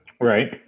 right